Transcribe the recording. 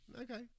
Okay